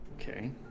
Okay